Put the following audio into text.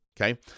Okay